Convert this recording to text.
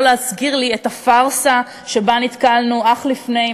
להזכיר לי את הפארסה שבה נתקלנו אך לפני,